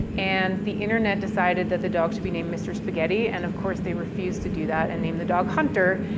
and the internet decided that the dog should be named mr. spaghetti. and, of course, they refused to do that and named the dog hunter.